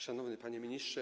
Szanowny Panie Ministrze!